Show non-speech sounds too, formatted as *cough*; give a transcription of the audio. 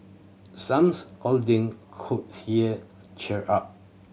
some *unintelligible* cuddling could hear cheer up